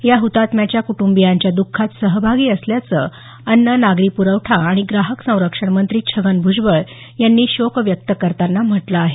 या हतात्म्याच्या कुटंबियांच्या द्खात सहभागी असल्याचं अन्न नागरी प्रवठा आणि ग्राहक संरक्षण मंत्री छगन भ्जबळ यांनी शोक व्यक्त करतांना म्हटलं आहे